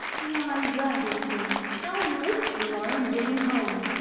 why, robinson, how late you are in getting home!